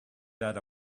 that